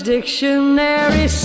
Dictionary